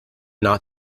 not